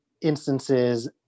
instances